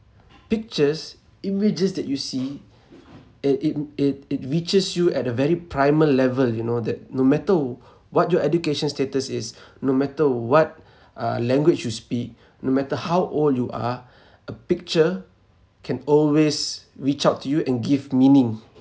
pictures images that you see it it it it reaches you at a very primal level you know that no matter what your education status is no matter what uh language you speak no matter how old you are a picture can always reach out to you and give meaning